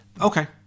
okay